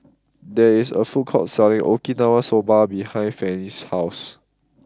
there is a food court selling Okinawa Soba behind Fannie's house